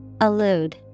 Allude